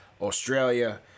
Australia